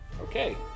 Okay